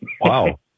Wow